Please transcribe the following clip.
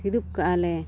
ᱥᱤᱫᱩᱵ ᱠᱟᱜ ᱟᱞᱮ